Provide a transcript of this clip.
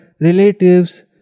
relatives